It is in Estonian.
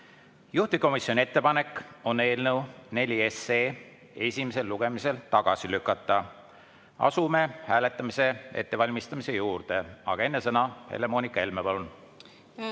Juhtivkomisjoni ettepanek on eelnõu nr 4 esimesel lugemisel tagasi lükata. Asume hääletamise ettevalmistamise juurde, aga enne sõna Helle-Moonika Helmele.